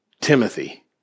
Timothy